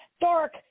Dark